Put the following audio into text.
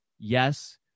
Yes